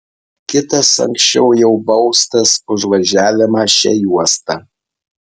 kitas anksčiau jau baustas už važiavimą šia juosta